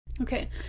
Okay